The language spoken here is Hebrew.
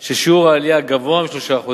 אם שיעור העלייה גבוה מ-3%,